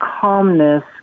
calmness